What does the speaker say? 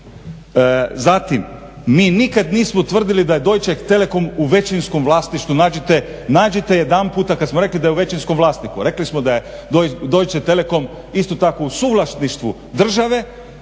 Zatim, mi nikad nismo tvrdili da je Deutsche Telekom u većinskom vlasništvu, nađite jedanputa kad smo rekli da je u većinskom vlasništvu, rekli smo da je Deutsche Telekom isto tak u suvlasništvu države